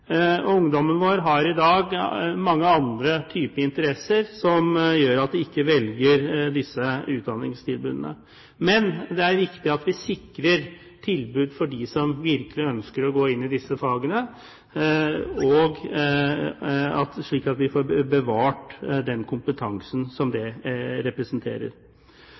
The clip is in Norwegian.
Ungdommen vår har i dag mange andre typer interesser, som gjør at de ikke velger disse utdanningstilbudene. Men det er viktig at vi sikrer tilbud for dem som virkelig ønsker å gå inn i disse fagene, slik at vi får bevart den kompetansen som det representerer.